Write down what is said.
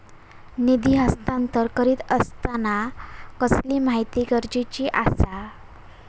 निधी हस्तांतरण करीत आसताना कसली माहिती गरजेची आसा?